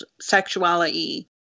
sexuality